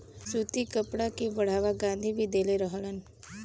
सूती कपड़ा के बढ़ावा गाँधी भी देले रहलन